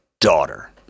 daughter